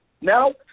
now